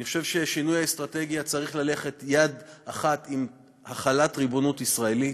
אני חושב ששינוי האסטרטגיה צריך ללכת יד ביד עם החלת ריבונות ישראלית.